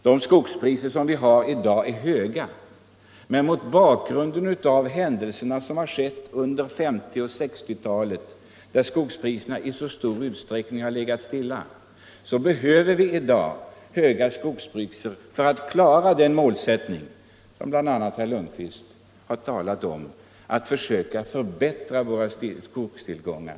De skogspriser vi har i dag är höga, men mot bakgrund av händelserna under 1950 och 1960-talen, då skogspriserna i så stor utsträckning låg stilla, behöver vi i dag höga skogspriser för att klara den målsättning som bl.a. herr Lundkvist talade om: att försöka förbättra våra skogstillgångar.